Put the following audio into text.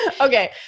Okay